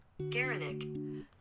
Garanik